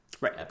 Right